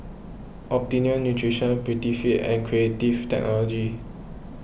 Optimum Nutrition Prettyfit and Creative Technology